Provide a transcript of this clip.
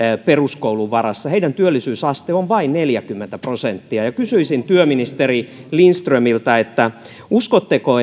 peruskoulun varassa heidän työllisyysasteensa on vain neljäkymmentä prosenttia kysyisin työministeri lindströmiltä uskotteko